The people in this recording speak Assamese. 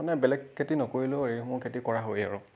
মানে বেলেগ খেতি নকৰিলেও এইসমূহ খেতি কৰা হয়েই আৰু